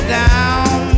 down